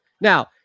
Now